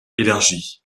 élargi